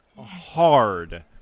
hard